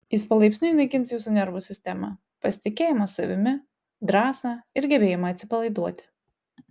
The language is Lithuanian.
jis palaipsniui naikins jūsų nervų sistemą pasitikėjimą savimi drąsą ir gebėjimą atsipalaiduoti